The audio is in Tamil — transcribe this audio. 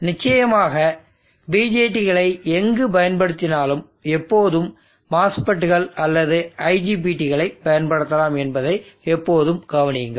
நிச்சயமாக BJT களை எங்கு பயன்படுத்தினாலும் எப்போதும் MOSFET கள் அல்லது IGBT களைப் பயன்படுத்தலாம் என்பதை எப்போதும் கவனியுங்கள்